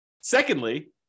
secondly